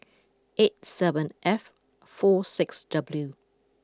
eight seven F four six W